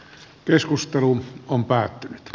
keskustelu on päättynyt